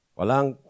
walang